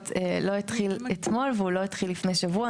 לא התחיל אתמול והוא לא התחיל לפני שבוע.